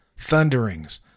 thunderings